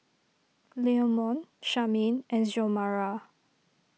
Leamon Charmaine and Xiomara